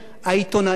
המו"לים,